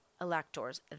electors